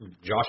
Josh